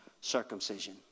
circumcision